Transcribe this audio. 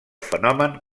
fenomen